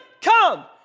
come